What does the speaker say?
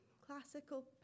classical